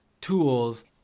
tools